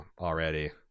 already